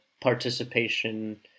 participation